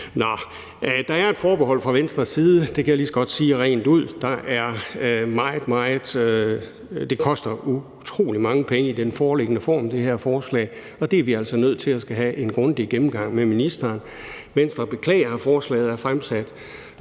der er et forbehold fra Venstres side, det kan jeg lige så godt sige rent ud, for det her forslag koster utrolig mange penge i den foreliggende form, og det er vi altså nødt til at skulle have en grundig gennemgang af med ministeren. Venstre beklager, at forslaget er fremsat